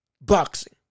boxing